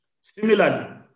Similarly